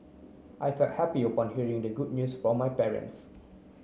I felt happy upon hearing the good news from my parents